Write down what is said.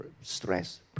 stress